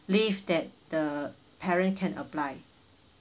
leave that the parent can apply